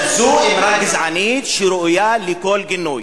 אז זו אמירה גזענית שראויה לכל גינוי.